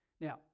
Now